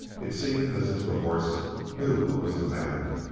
it seems as if the horse knew what was the matter.